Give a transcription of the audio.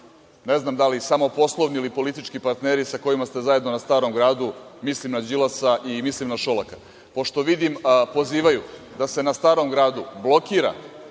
ne znam da li samo poslovni ili politički partneri, sa kojima ste zajedno na Starom gradu, mislim na Đilasa i mislim na Šolaka, pošto vidim pozivaju da se na Starom gradu blokira